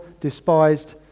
despised